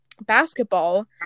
basketball